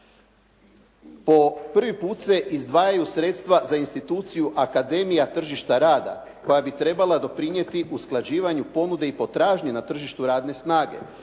Po prvi put se izdvajaju sredstva za instituciju Akademija tržišta rada koja bi trebala doprinijeti usklađivanju ponude i potražnje na tržištu radne snage.